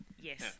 yes